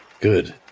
Good